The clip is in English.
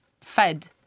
fed